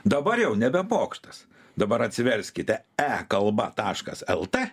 dabar jau nebe pokštas dabar atsiverskite e kalba taškas lt